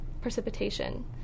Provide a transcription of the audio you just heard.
precipitation